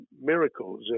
miracles